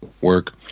work